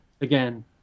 Again